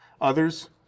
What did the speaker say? Others